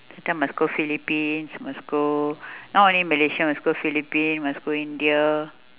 sometime must go philippines must go not only malaysia must go philippines must go india